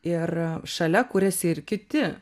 ir šalia kuriasi ir kiti